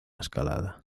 escalada